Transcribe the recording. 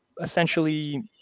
essentially